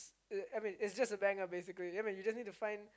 uh I mean it's just a banger basically I mean you just need to find